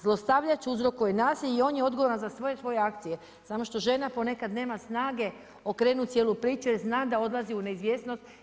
Zlostavljač uzrokuje nasilje i on je odgovoran za sve svoje akcije, samo što žena ponekad nema snage okrenut cijelu priču jel zna da odlazi u neizvjesnost.